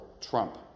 Trump